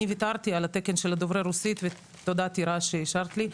אני ויתרתי על התקן של דוברי רוסית ותודה טירה שאישרת לי.